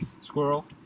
Squirrel